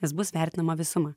nes bus vertinama visuma